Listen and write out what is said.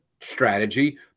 strategy